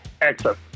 Excellent